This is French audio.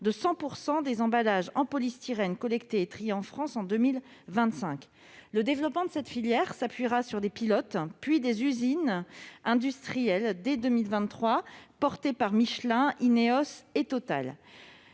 de 100 % des emballages en polystyrène collectés et triés en France en 2025. Le développement de cette filière s'appuiera sur des pilotes puis, dès 2023, sur des usines industrielles portées par Michelin, Ineos et Total.